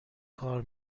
کار